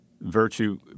virtue